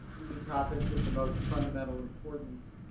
these are topics of the most fundamental importance.